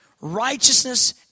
righteousness